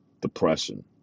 depression